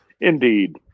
Indeed